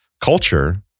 culture